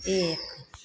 एक